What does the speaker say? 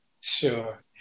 Sure